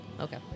okay